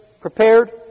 prepared